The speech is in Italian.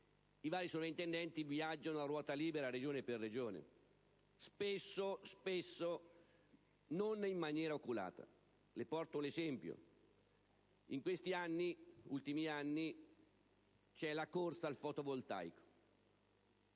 oggi come oggi essi viaggiano a ruota libera, Regione per Regione, spesso non in maniera oculata. Cito un esempio: in questi ultimi anni c'è la corsa al fotovoltaico.